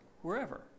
wherever